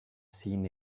seen